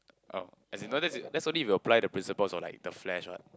oh as you know this that's only if you apply the principles of like the flash what